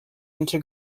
into